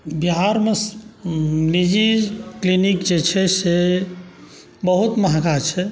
बिहारमे निजी क्लिनिक जे छै से बहुत महगा छै